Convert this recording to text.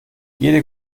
jede